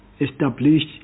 established